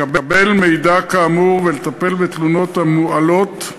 לקבל מידע כאמור ולטפל בתלונות המועלות,